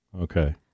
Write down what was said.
Okay